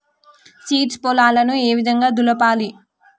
Seeds పొలాలను ఏ విధంగా దులపాలి?